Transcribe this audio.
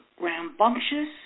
rambunctious